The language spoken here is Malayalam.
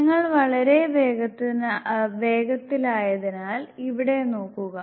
നിങ്ങൾ വളരെ വേഗത്തിലായതിനാൽ ഇവിടെ നോക്കുക